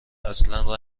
اصلا